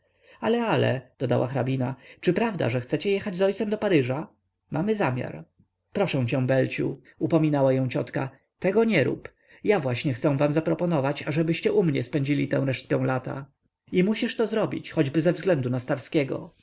ale ale dodała hrabina czy prawda że chcecie jechać z ojcem do paryża mamy zamiar proszę cię belu upominała ją ciotka tego nie rób ja właśnie chcę wam zaproponować ażebyście u mnie spędzili tę resztkę lata i musisz to zrobić choćby ze względu na starskiego